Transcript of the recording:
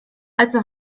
also